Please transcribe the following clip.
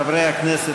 חברי הכנסת,